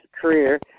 career